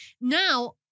Now